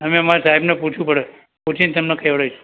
અમે અમારા સાહેબને પૂછવું પડે પૂછી ને તમને કહેવડાવીશ